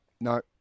No